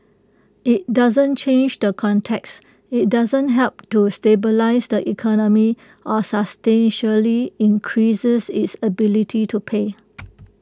IT doesn't change the context IT doesn't help to stabilise the economy or substantially increases its ability to pay